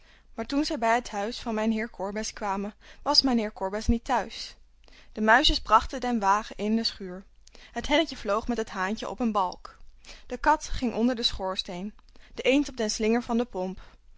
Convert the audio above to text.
maar toen zij bij het huis van mijnheer korbes kwamen was mijnheer korbes niet thuis de muisjes brachten den wagen in de schuur het hennetje vloog met het haantje op een balk de kat ging onder den schoorsteen de eend op den slinger van de pomp